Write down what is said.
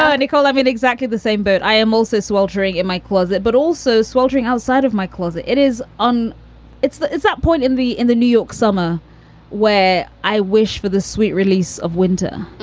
um nicole i mean, exactly the same. but i am also sweltering in my closet, but also sweltering outside of my closet. it is on it's it's that point in the in the new york summer where i wish for the sweet release of winter